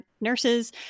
nurses